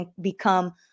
become